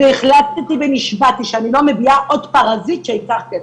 והחלטתי ונשבעתי שאני לא מביאה עוד פרזיט שייקח כסף.